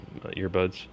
earbuds